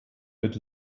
mit